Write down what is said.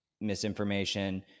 misinformation